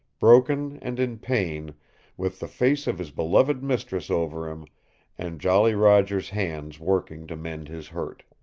broken and in pain with the face of his beloved mistress over him and jolly roger's hands working to mend his hurt.